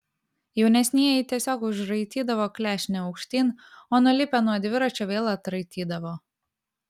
jaunesnieji tiesiog užraitydavo klešnę aukštyn o nulipę nuo dviračio vėl atraitydavo